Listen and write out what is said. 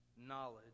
knowledge